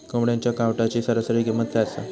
कोंबड्यांच्या कावटाची सरासरी किंमत काय असा?